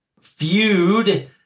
feud